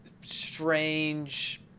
Strange